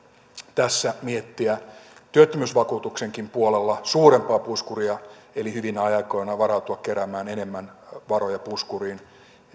tässä miettiä työttömyysvakuutuksen puolelle suurempaa puskuria eli hyvinä aikoina varautua keräämään enemmän varoja puskuriin